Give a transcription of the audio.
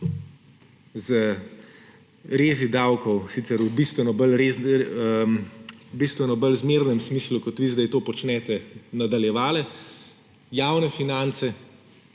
z rezi davkov, sicer v bistveno bolj zmernem smislu, kot vi zdaj to počnete, nadaljevale, javne finance